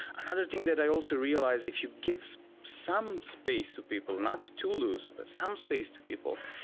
another thing that i also realize, if you gives some space to people, not to lose, but some space to people,